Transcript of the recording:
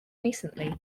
recently